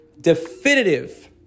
definitive